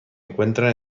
encuentran